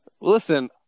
Listen